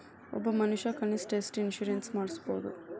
ಒಬ್ಬ ಮನಷಾ ಕನಿಷ್ಠ ಎಷ್ಟ್ ಇನ್ಸುರೆನ್ಸ್ ಮಾಡ್ಸ್ಬೊದು?